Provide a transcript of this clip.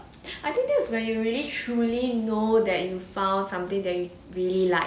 I think that's when you really truly know that you found something that you really like